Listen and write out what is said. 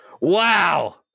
Wow